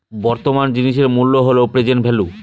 বর্তমান জিনিসের মূল্য হল প্রেসেন্ট ভেল্যু